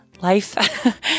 life